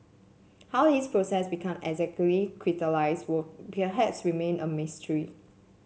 how his process become exactly crystallised will perhaps remain a mystery